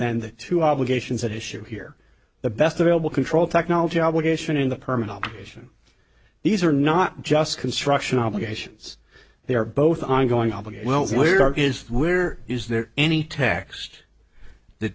and to obligations that issue here the best available control technology obligation in the permanent position these are not just construction obligations they are both ongoing obligate well here is where is there any text th